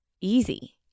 easy